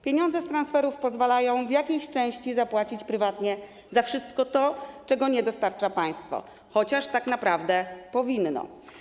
Pieniądze z transferów pozwalają w jakiejś części zapłacić prywatnie za wszystko to, czego nie dostarcza państwo, chociaż tak naprawdę powinno.